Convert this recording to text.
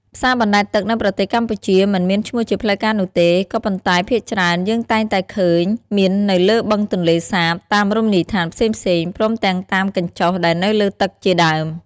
ផ្សារបណ្ដែតទឹកនៅប្រទេសកម្ពុជា មិនមានឈ្មោះជាផ្លូវការនោះទេ ក៏ប៉ុន្តែភាគច្រើនយើងតែងតែឃើញមាននៅលើបឹងទន្លេសាប តាមរមនីយដ្ឋានផ្សេងៗ ព្រមទាំងតាមកញ្ចុះដែលនៅលើទឹកជាដើម។